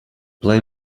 play